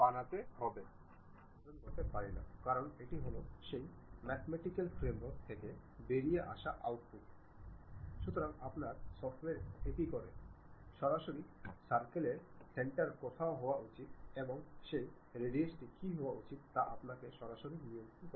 সুতরাং সেই উদ্দেশ্যে আমরা প্লেনটির অবিলম্বের দিকে যাব এবং এখানে কোথাও আমি যা করতে যাচ্ছি তা হল একটি সার্কেল ব্যবহার করা